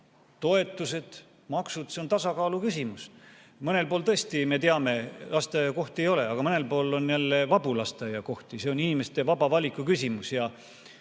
toetused, maksud – see on tasakaalu küsimus. Mõnel pool tõesti, me teame, lasteaiakohti ei ole, aga mõnel pool on jälle vabu lasteaiakohti. See on inimeste vaba valiku küsimus.